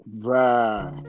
Right